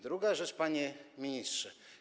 Druga rzecz, panie ministrze.